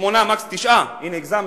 שמונה, תשעה, הנה הגזמתי.